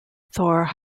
thor